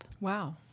Wow